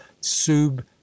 sub